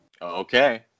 Okay